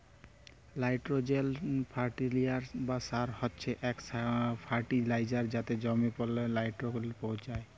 nitrogen fertiliser বা সার হছে সে ফার্টিলাইজার যাতে জমিল্লে লাইট্রোজেল পৌঁছায়